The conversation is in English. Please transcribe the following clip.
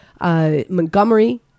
Montgomery